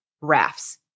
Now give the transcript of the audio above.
rafts